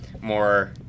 more